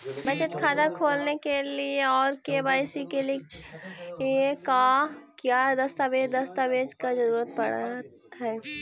बचत खाता खोलने के लिए और के.वाई.सी के लिए का क्या दस्तावेज़ दस्तावेज़ का जरूरत पड़ हैं?